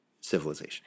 civilization